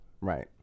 right